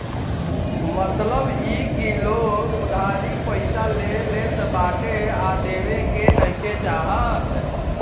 मतलब इ की लोग उधारी पईसा ले लेत बाटे आ देवे के नइखे चाहत